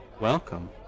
Welcome